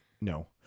No